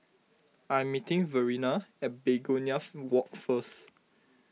I am meeting Verena at Begonia Walk first